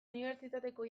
unibertsitateko